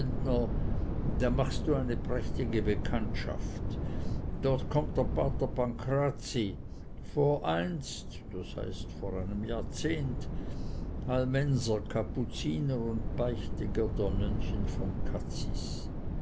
da machst du eine prächtige bekanntschaft dort kommt der pater pancrazi voreinst das ist vor einem jahrzehnt almenserkapuziner und beichtiger der nönnchen von cazis